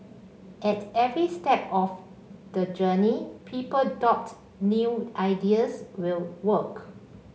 at every step of the journey people doubt new ideas will work